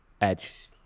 Edge